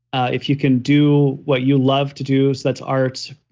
if you can do what you love to do, so that's art,